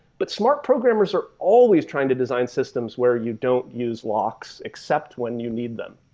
but smart programmers are always trying to design systems where you don't use locks except when you need them.